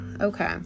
okay